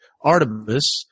Artemis